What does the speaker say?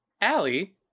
Allie